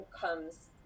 comes